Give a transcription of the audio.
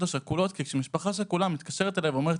השכולות כי כשמשפחה שכולה מתקשרת אלי ואומרת